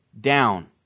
down